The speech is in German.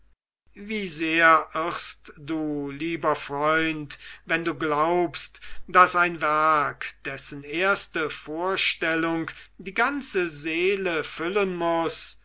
wie sehr irrst du lieber freund wenn du glaubst daß ein werk dessen erste vorstellung die ganze seele füllen muß